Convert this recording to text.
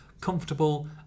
Comfortable